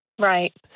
Right